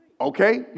Okay